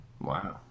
Wow